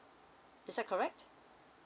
is that correct